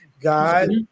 God